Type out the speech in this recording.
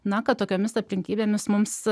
na kad tokiomis aplinkybėmis mums